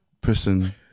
person